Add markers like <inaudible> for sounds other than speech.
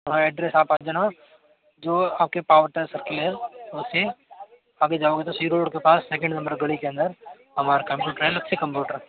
हाँ एड्रेस आप आ जाना जो आपके पार्टनर क्लेयर उसके आगे जाओगे तो सी रोड के पास सेकंड नंबर गली के अंदर हमारा कंप्यूटर है <unintelligible> कंप्यूटर